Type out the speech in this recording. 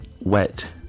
wet